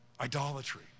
idolatry